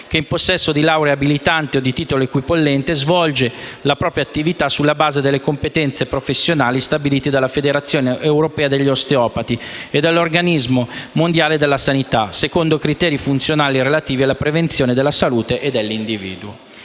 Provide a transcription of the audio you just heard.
che, in possesso di laurea abilitante o di titolo equipollente, svolge la propria attività sulla base delle competenze professionali stabilite dalla Federazione europea degli osteopati e dall'Organizzazione mondiale della sanità secondo criteri funzionali relativi alla prevenzione della salute dell'individuo.